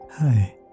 Hi